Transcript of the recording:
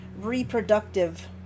reproductive